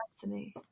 Destiny